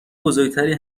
بزرگتری